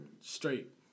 straight